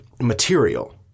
material